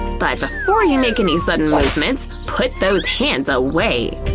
but before you make any sudden movements, put those hands away!